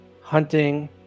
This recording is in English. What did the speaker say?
hunting